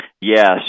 Yes